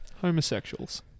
Homosexuals